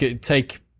Take